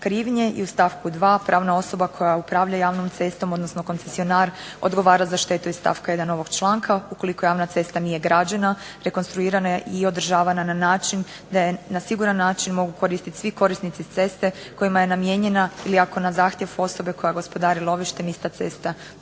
krivnje. I u stavku 2. pravna osoba koja upravlja javnom cestom, odnosno koncesionar odgovara za štetu iz stavka 1. ovog članka, ukoliko javna cesta nije građena, rekonstruirana i održavana na način da je na siguran način mogu koristiti svi korisnici ceste kojima je namijenjena, ili ako na zahtjev osobe koja je gospodarila …/Govornica